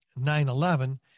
9-11